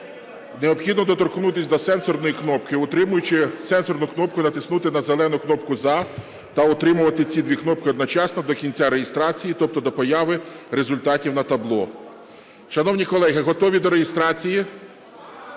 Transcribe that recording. необхідно доторкнутись до сенсорної кнопки, утримуючи сенсорну кнопку натиснути на зелену кнопку "за" та утримувати ці дві кнопки одночасно до кінця реєстрації, тобто до появи результатів на табло. Шановні колеги, готові до реєстрації?